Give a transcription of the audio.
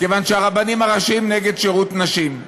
כיוון שהרבנים הראשיים נגד שירות נשים,